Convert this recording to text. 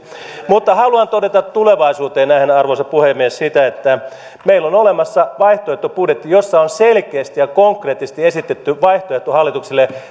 mutta haluan todeta tulevaisuuteen nähden arvoisa puhemies että meillä on olemassa vaihtoehtobudjetti jossa on hallitukselle selkeästi ja konkreettisesti esitetty vaihtoehto